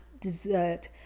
dessert